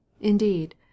indeed